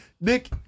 Nick